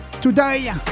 Today